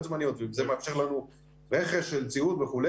זמניות ומאפשר לנו רכש של ציוד וכו',